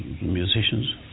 musicians